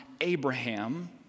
Abraham